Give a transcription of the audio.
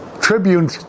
Tribune